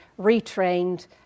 retrained